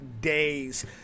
days